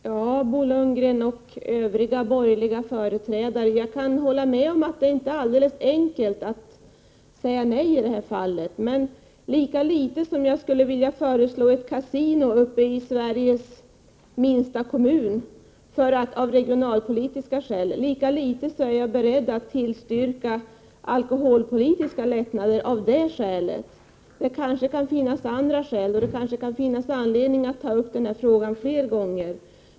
Herr talman! Till Bo Lundgren och övriga borgerliga företrädare kan jag säga att det inte har varit alldeles enkelt att säga nej i det här fallet. Men lika litet som jag skulle vilja föreslå ett kasino uppe i Sveriges minsta kommun av regionalpolitiska skäl, lika litet är jag beredd att tillstyrka alkoholpolitiska lättnader. Det kan finnas även andra skäl, och det kanske finns anledning att ta upp frågan flera gånger.